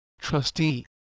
trustee